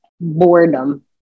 boredom